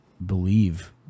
Believe